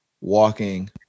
walking